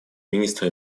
министра